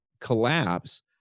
collapse